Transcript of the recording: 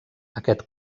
aquest